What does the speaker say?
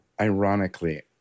ironically